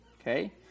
Okay